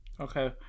okay